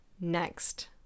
next